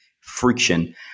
friction